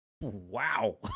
wow